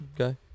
Okay